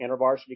intervarsity